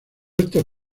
estos